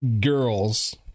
girls